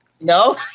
No